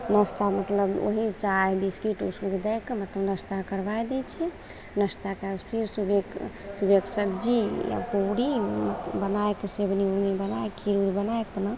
नाश्ता मतलब ओहि चाइ बिस्कुट उस्कुट दैके मतलब नाश्ता करबै दै छिए नाश्ताके फेर सुबहके फेर एक सबजी या पूड़ी बनैके तऽ सेवनी उवनी बनैके खीर उर बनैके अपना